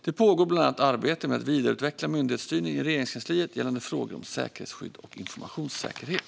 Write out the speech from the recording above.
Det pågår bland annat arbete med att vidareutveckla myndighetsstyrningen i Regeringskansliet gällande frågor om säkerhetsskydd och informationssäkerhet.